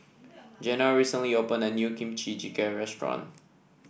Janel recently opened a new Kimchi Jjigae Restaurant